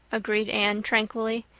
agreed anne tranquilly.